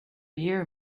year